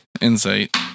insight